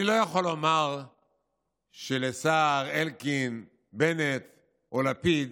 אני לא יכול לומר שלסער, אלקין, בנט או לפיד